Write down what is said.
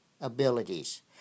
abilities